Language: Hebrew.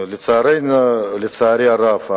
לצערי הרב,